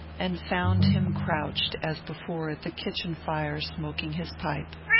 and found him crouched, as before, at the kitchen-fire, smoking his pipe.